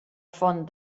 font